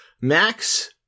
Max